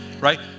right